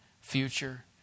future